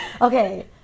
Okay